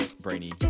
brainy